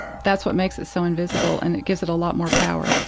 that's what makes it so invisible and it gives it a lot more power.